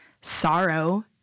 sorrow